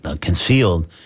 concealed